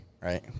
right